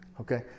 okay